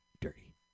Dirty